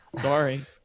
Sorry